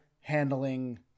handling